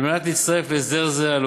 על מנת להצטרף להסדר זה, על